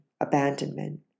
abandonment